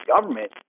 government